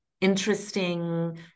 interesting